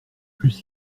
plus